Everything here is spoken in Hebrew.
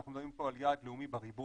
אנחנו מדברים פה על יעד לאומי בריבוע.